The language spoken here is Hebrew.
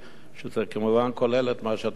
שזה כמובן כולל את מה שאתה העלית עכשיו,